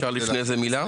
אפשר לפני זה מילה?